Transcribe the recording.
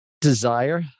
desire